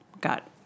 got